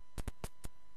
ספק ואולי זה